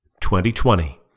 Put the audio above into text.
2020